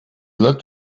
looked